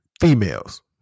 females